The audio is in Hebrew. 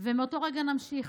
ומאותו רגע נמשיך.